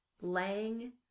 Lang